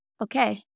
okay